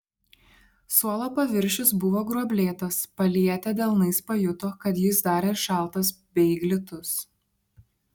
suolo paviršius buvo gruoblėtas palietę delnais pajuto kad jis dar ir šaltas bei glitus